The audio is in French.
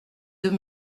deux